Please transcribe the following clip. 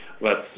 lets